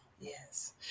yes